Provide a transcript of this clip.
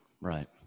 right